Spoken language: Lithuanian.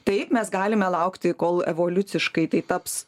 taip mes galime laukti kol evoliuciškai tai taps